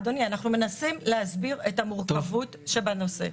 אדוני, אנחנו מנסים להסביר את המורכבות שבנושא.